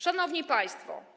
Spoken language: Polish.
Szanowni Państwo!